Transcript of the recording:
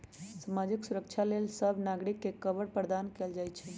सामाजिक सुरक्षा लेल सभ नागरिक के कवर प्रदान कएल जाइ छइ